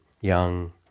young